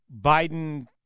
Biden